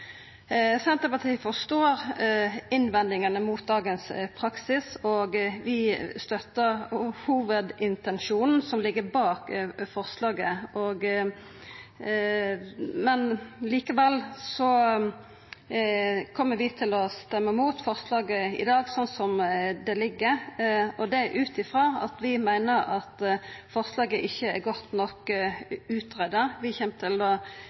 Senterpartiet forstår innvendingane mot dagens praksis, og vi støttar hovudintensjonen som ligg bak forslaget, men likevel kjem vi til å stemma mot forslaget i dag slik det ligg. Det er ut frå at vi meiner forslaget ikkje er godt nok utgreidd. Vi kjem til å